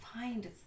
find